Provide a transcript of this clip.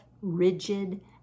rigid